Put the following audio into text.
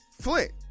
Flint